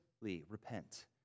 repent